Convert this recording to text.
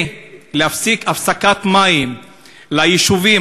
זה לעשות הפסקת מים ליישובים,